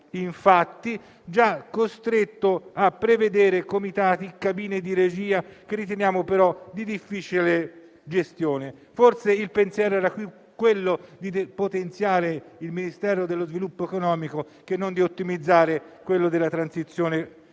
infatti già costretto a prevedere comitati e cabine di regia che riteniamo però di difficile gestione. Forse il pensiero era più quello di depotenziare il Ministero dello sviluppo economico che non di ottimizzare quello della transizione ecologica.